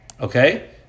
okay